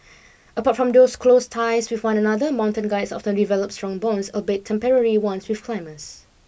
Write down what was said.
apart from those close ties with one another mountain guides often develop strong bonds albeit temporary ones with climbers